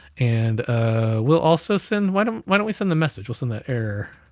and ah we'll also send, why don't why don't we send the message, we'll send that error